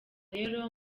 rero